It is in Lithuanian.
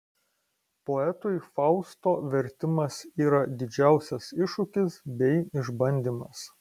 poetui fausto vertimas yra didžiausias iššūkis bei išbandymas